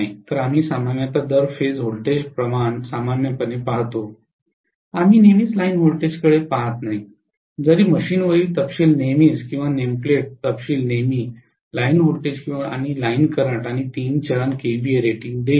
तर आम्ही सामान्यत दर फेज व्होल्टेज प्रमाण सामान्यपणे पाहतो आम्ही नेहमीच लाइन व्होल्टेजकडे पहात नाही जरी मशीनवरील तपशील नेहमीच किंवा नेमप्लेट तपशील नेहमी लाइन व्होल्टेज आणि लाइन करंट आणि तीन चरण केव्हीए रेटिंग देईल